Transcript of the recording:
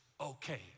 okay